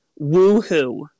woohoo